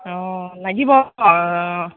অঁ লাগিব অঁ